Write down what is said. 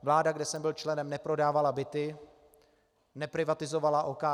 Vláda, kde jsem byl členem, neprodávala byty, neprivatizovala OKD.